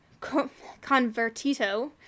Convertito